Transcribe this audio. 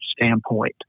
standpoint